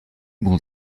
will